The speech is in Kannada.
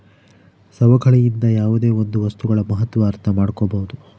ಸವಕಳಿಯಿಂದ ಯಾವುದೇ ಒಂದು ವಸ್ತುಗಳ ಮಹತ್ವ ಅರ್ಥ ಮಾಡ್ಕೋಬೋದು